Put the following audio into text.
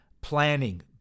planning